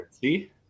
See